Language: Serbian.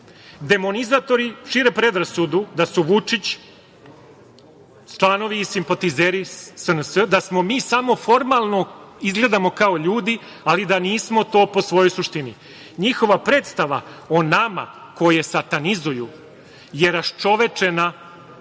ljudi. Demonizatori šire predrasudu da su Vučić, članovi i simpatizeri SNS, da mi samo formalno izgledamo kao ljudi, ali da nismo to po svojoj suštini. Njihova predstava o nama koje satanizuju je raščovečena,